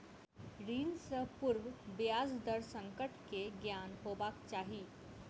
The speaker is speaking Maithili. ऋण सॅ पूर्व ब्याज दर संकट के ज्ञान हेबाक चाही